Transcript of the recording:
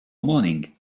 morning